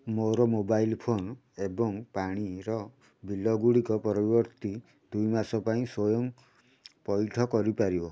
ମୋର mobile phone ଏବଂ ପାଣିର ବିଲଗୁଡ଼ିକ ପରବର୍ତ୍ତୀ ଦୁଇ ମାସ ପାଇଁ ସ୍ଵୟଂ ପଇଠ କରିପାରିବ